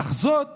אך זאת